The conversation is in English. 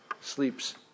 sleeps